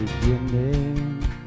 beginning